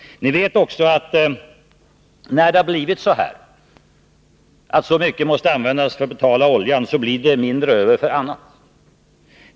Ni vet också att när det har blivit så här, att så mycket måste användas för att betala oljan, blir det mindre över för annat.